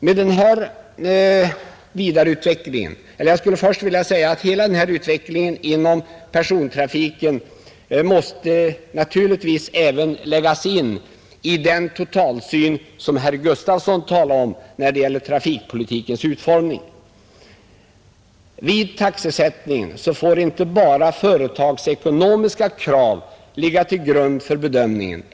Hela denna utveckling inom persontrafiken måste naturligtvis även den läggas in i den totalsyn på trafikpolitikens utformning som herr Gustafson talade om. Vid taxesättningen får inte bara företagsekonomiska krav ligga till grund för bedömningen.